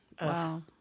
Wow